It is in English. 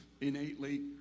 innately